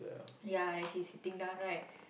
ya and she sitting down right